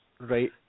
right